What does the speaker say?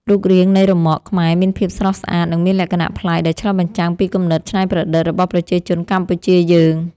រូបរាងនៃរ៉ឺម៉កខ្មែរមានភាពស្រស់ស្អាតនិងមានលក្ខណៈប្លែកដែលឆ្លុះបញ្ចាំងពីគំនិតច្នៃប្រឌិតរបស់ប្រជាជនកម្ពុជាយើង។